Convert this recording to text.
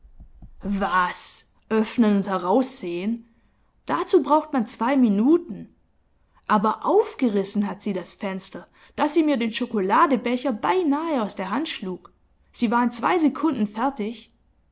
was öffnen und heraussehen dazu braucht man zwei minuten aber aufgerissen hat sie das fenster daß sie mir den schokoladebecher beinahe aus der hand schlug sie war in zwei sekunden fertig